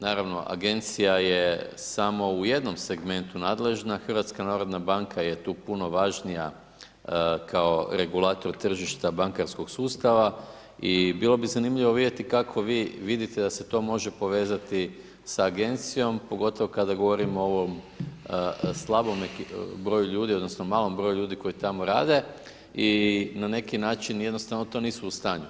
Naravno, agencija je samo u jednom segmentu nadležna, Hrvatska narodna banka je tu puno važnija kao regulator tržišta bankarskog sustava i bilo bi zanimljivo vidjeti kako vi vidite da se to može povezati sa agencijom, pogotovo kada govorimo o ovome slabome broju ljudi odnosno malom broju ljudi koji tamo rade i na neki način jednostavno to nisu u stanju.